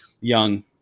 young